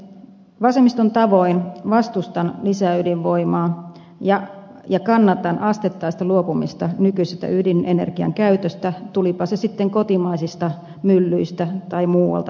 vasemmiston tavoin vastustan lisäydinvoimaa ja kannatan asteittaista luopumista nykyisestä ydinenergian käytöstä tulipa se sitten kotimaisista myllyistä tai muualta maailmasta